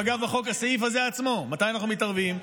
אגב, בסעיף הזה עצמו, מתי אנחנו מתערבים?